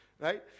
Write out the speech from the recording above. Right